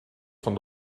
van